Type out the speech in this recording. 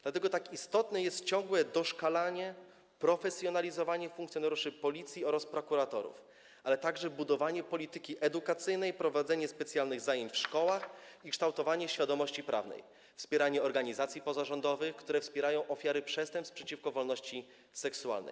Dlatego tak istotne jest ciągłe doszkalanie, profesjonalizowanie funkcjonariuszy Policji oraz prokuratorów, ale także budowanie polityki edukacyjnej, prowadzenie specjalnych zajęć w szkołach i kształtowanie świadomości prawnej, wspomaganie organizacji pozarządowych, które wspierają ofiary przestępstw przeciwko wolności seksualnej.